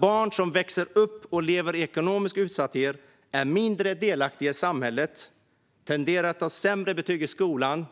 Barn som växer upp och lever i ekonomisk utsatthet är nämligen mindre delaktiga i samhället, tenderar att ha sämre betyg i skolan, lever